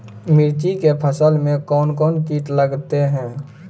मिर्ची के फसल मे कौन कौन कीट लगते हैं?